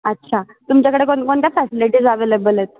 अच्छा तुमच्याकडे कोणकोणत्या फॅसिलिटीज अवेलेबल आहेत